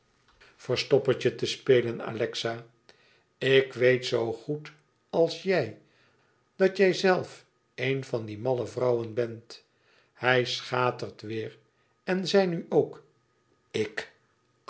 verstoppertje te spelen alexa ik weet zoo goed als jij dat jijzelf een van die malle vrouwen bent hij schatert weêr en zij nu ook ik